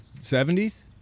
70s